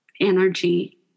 energy